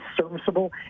serviceable